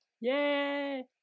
Yay